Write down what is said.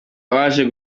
waje